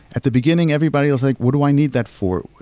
at the beginning, everybody was like, what do i need that for?